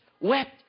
wept